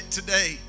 today